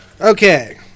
Okay